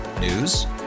News